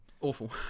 Awful